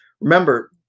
remember